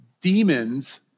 demons